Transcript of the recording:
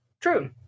True